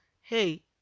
hey